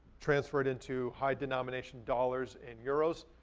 transfer it into high denomination dollars and euros,